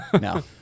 No